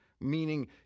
meaning